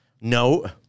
no